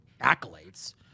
accolades